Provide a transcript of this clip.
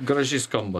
gražiai skamba